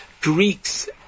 Greeks